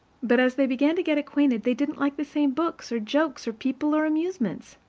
but as they began to get acquainted, they didn't like the same books or jokes or people or amusements.